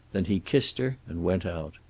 then he kissed her and went out.